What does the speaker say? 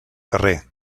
carrer